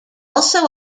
also